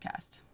podcast